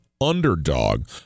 underdog